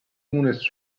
مونس